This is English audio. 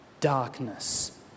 darkness